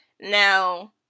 now